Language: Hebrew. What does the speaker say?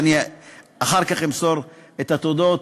ואני אחר כך אמסור את התודות,